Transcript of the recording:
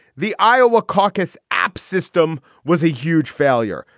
the iowa caucus app system was a huge failure.